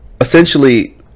Essentially